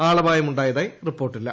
ആളപായമുണ്ടായതായി റിപ്പോർട്ടില്ല